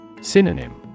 Synonym